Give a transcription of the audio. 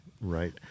Right